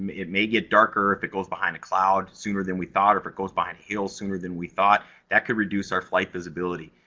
it may get darker, if it goes behind a cloud sooner than we thought, or if it goes behind a hill sooner than we thought, that could reduce our flight visibility.